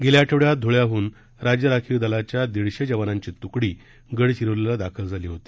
गेल्या आठवड्यात धुळ्याहून राज्य राखीव दलाच्या दीडशे जवानांची तुकडी गडचिरोलीला दाखल झाली होती